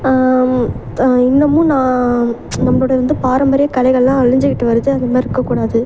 இன்னமும் நான் நம்பளோட வந்து பாரம்பரிய கலைகள் எல்லாம் அழிஞ்சுக்கிட்டு வருது அது மாதிரி இருக்கக்கூடாது